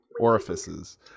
Orifices